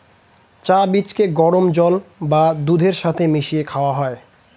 চা বীজকে গরম জল বা দুধের সাথে মিশিয়ে খাওয়া হয়